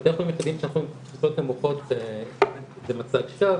בתי החולים היחידים שאנחנו רואים תפוסות נמוכות זה מצג שווא,